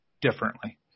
differently